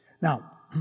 Now